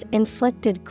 inflicted